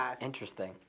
Interesting